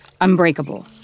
unbreakable